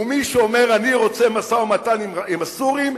ומי שאומר: אני רוצה משא-ומתן עם הסורים,